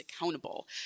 accountable